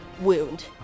wound